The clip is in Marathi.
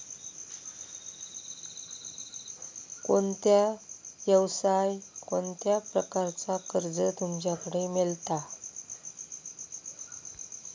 कोणत्या यवसाय कोणत्या प्रकारचा कर्ज तुमच्याकडे मेलता?